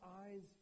eyes